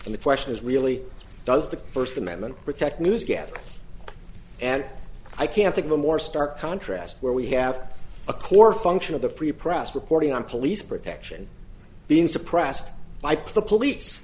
and the question is really does the first amendment protect newsgathering and i can't think of a more stark contrast where we have a core function of the pre press reporting on police protection being suppressed by the police